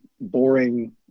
boring